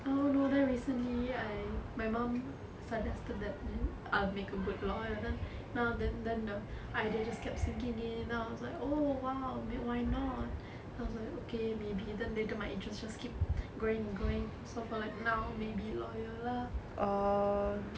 oh no then recently I my mum suggested that I'll make a good lawyer then now than that the idea just kept sinking in now it's like oh !wow! me why not then I was like okay maybe then later my interest just keeps growing and growing so for like now maybe lawyer lah